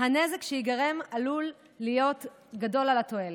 הנזק שייגרם עלול להיות גדול מהתועלת.